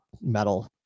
metal